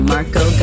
Marco